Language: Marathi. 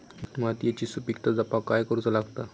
मातीयेची सुपीकता जपाक काय करूचा लागता?